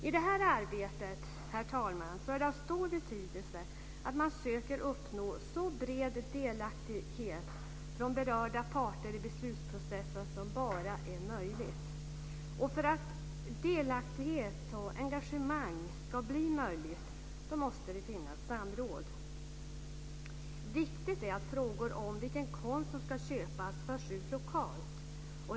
I det här arbetet är det av stor betydelse att man försöker uppnå så bred delaktighet från berörda parter i beslutsprocessen som bara är möjligt. För att delaktighet och engagemang ska bli möjligt måste det finnas samråd. Det är viktigt att frågor om vilken konst som ska köpas förs ut lokalt.